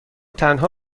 تنها